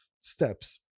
Steps